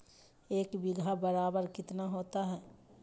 एक बीघा बराबर कितना होता है?